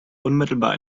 unmittelbar